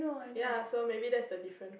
ya so maybe that's the difference